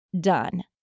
done